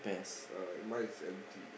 alright mine is empty